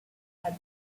had